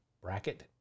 bracket